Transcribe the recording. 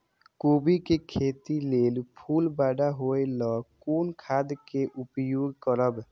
कोबी के खेती लेल फुल बड़ा होय ल कोन खाद के उपयोग करब?